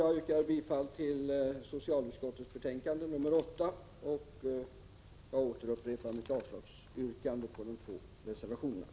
Jag yrkar bifall till socialutskottets hemställan i betänkande 8 och upprepar mitt yrkande om avslag på de två reservationerna.